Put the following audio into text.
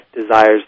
desires